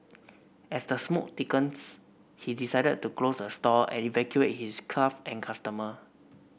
as the smoke thickens he decided to close the store and evacuate his and customer